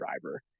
driver